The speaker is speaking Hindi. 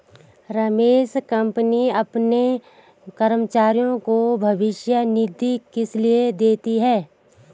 रमेश कंपनियां अपने कर्मचारियों को भविष्य निधि किसलिए देती हैं?